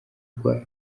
rwa